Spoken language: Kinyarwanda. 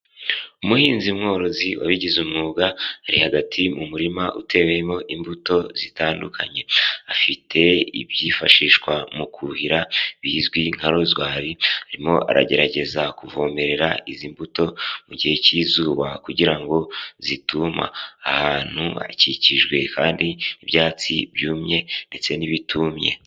Umuhinzi mworozi wabigize umwuga ari hagati mu murima utewemo imbuto zitandukanye, afite ibyifashishwa mu kuhira ,bizwi nka rozwari, arimo aragerageza kuvomerera izi mbuto, mu gihe cy'izuba kugira ngo zituma, ahantu hakikijwe kandi n'ibyatsi byumye ndetse n'ibitumye.